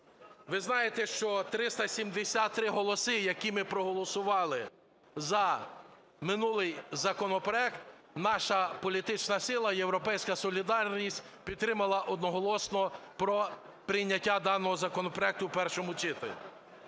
ви знаєте, що 323 голоси, які ми проголосували за минулий законопроект, наша політична сила "Європейська солідарність" підтримала одноголосно про прийняття даного законопроекту в першому читанні.